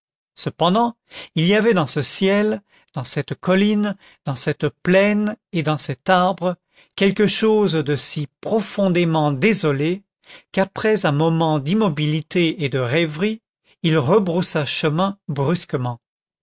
cependant il y avait dans ce ciel dans cette colline dans cette plaine et dans cet arbre quelque chose de si profondément désolé qu'après un moment d'immobilité et de rêverie il rebroussa chemin brusquement